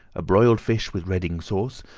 a broiled fish with reading sauce,